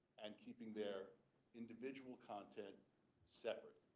and keeping their individual content separate.